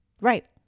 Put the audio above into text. Right